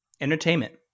Entertainment